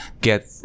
get